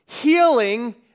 healing